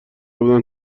بودن